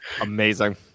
Amazing